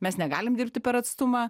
mes negalim dirbti per atstumą